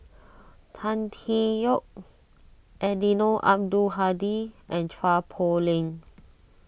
Tan Tee Yoke Eddino Abdul Hadi and Chua Poh Leng